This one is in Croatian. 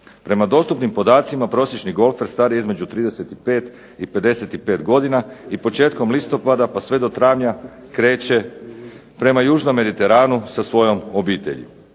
Prema dostupnim podacima prosječni golfer star je između 35 i 55 godina i početkom listopada pa sve do travnja kreće prema južnom Mediteranu sa svojom obitelji.